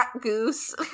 Goose